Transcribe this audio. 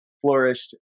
flourished